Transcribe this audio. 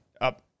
up